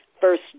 first